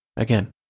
again